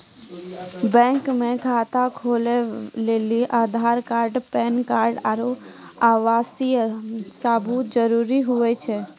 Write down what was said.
bank मे खाता खोलबै लेली आधार कार्ड पैन कार्ड आरू आवासीय सबूत जरुरी हुवै छै